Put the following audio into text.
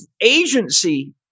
agency